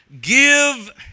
give